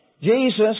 Jesus